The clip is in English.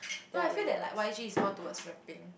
no I feel that like Y_G is more towards rapping